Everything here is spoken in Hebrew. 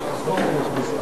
שומעים אותך עד כאן.